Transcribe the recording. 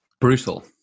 Brutal